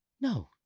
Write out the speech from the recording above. no